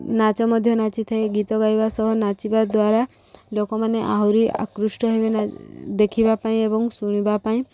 ନାଚ ମଧ୍ୟ ନାଚିଥାଏ ଗୀତ ଗାଇବା ସହ ନାଚିବା ଦ୍ୱାରା ଲୋକମାନେ ଆହୁରି ଆକୃଷ୍ଟ ହେବେ ନା ଦେଖିବା ପାଇଁ ଏବଂ ଶୁଣିବା ପାଇଁ